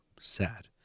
sad